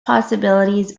possibilities